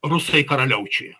rusai karaliaučiuje